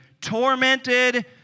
Tormented